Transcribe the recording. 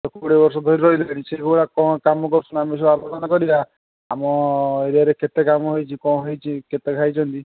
କୋଡ଼ିଏ ବର୍ଷ ଧରି ରହିଲେଣି ସେଇ ଭଳିଆ କ'ଣ କାମ କରୁଛନ୍ତି ଆମେ ସବୁ ବସିକି ଆଲୋଚନା କରିବା ଆମ ଏରିଆରେ କେତେ କାମ ହେଇଛି କ'ଣ ହେଇଛି କେତେ ଖାଇଛନ୍ତି